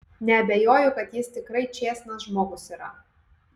neabejoju kad jis tikrai čėsnas žmogus yra